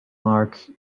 mark